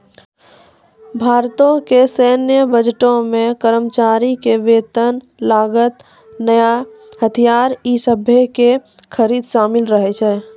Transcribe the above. भारतो के सैन्य बजटो मे कर्मचारी के वेतन, लागत, नया हथियार इ सभे के खरीद शामिल रहै छै